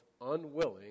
unwilling